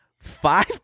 Five